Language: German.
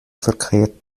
verkehrt